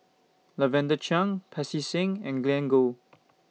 Lavender Chang Pancy Seng and Glen Goei